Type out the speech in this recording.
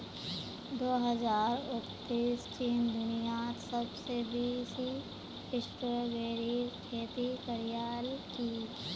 दो हजार उन्नीसत चीन दुनियात सबसे बेसी स्ट्रॉबेरीर खेती करयालकी